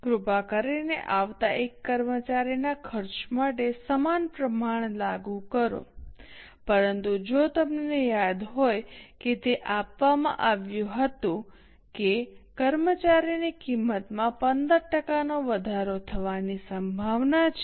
કૃપા કરીને આવતા એક કર્મચારીના ખર્ચ માટે સમાન પ્રમાણ લાગુ કરો પરંતુ જો તમને યાદ હોય કે તે આપવામાં આવ્યું હતું કે કર્મચારીની કિંમતમાં 15 ટકાનો વધારો થવાની સંભાવના છે